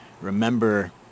remember